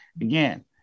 again